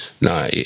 No